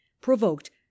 provoked